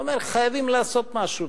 אמר: חייבים לעשות משהו,